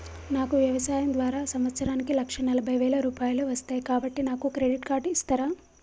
నాకు వ్యవసాయం ద్వారా సంవత్సరానికి లక్ష నలభై వేల రూపాయలు వస్తయ్, కాబట్టి నాకు క్రెడిట్ కార్డ్ ఇస్తరా?